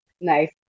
Nice